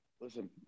Listen